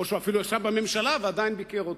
או שהוא אפילו ישב בממשלה ועדיין ביקר אותה.